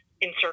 insert